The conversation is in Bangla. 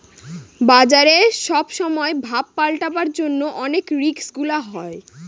বাজারে সব সময় ভাব পাল্টাবার জন্য অনেক রিস্ক গুলা হয়